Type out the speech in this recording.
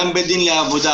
גם בית דין לעבודה,